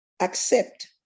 accept